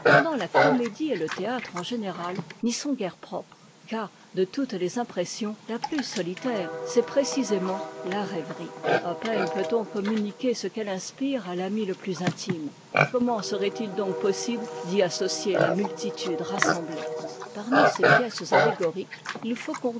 la comédie et le théâtre en général n'y sont guère propres car de toutes les impressions la plus solitaire c'est précisément la rêverie à peine peut'on communiquer ce qu'elle inspire à ami le plus intime comment serait-il donc possible d'y assosier la multitude rassemblée parmi ces pièces allégoriques il faut